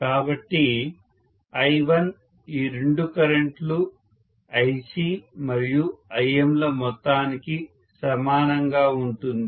కాబట్టి I1 ఈ రెండు కరెంటులు IC మరియు Im ల మొత్తానికి సమానంగా ఉంటుంది